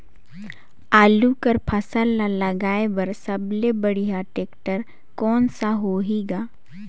आलू कर फसल ल लगाय बर सबले बढ़िया टेक्टर कोन सा होही ग?